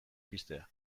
piztea